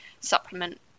supplement